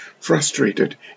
frustrated